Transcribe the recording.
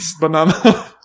banana